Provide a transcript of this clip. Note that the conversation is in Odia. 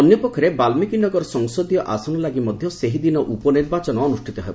ଅନ୍ୟ ପକ୍ଷରେ ବାଲ୍ଲିକୀ ନଗର ସଂସଦୀୟ ଆସନଲାଗି ମଧ୍ୟ ସେହିଦିନ ଉପନିର୍ବାଚନ ଅନୁଷ୍ଠିତ ହେବ